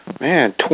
Man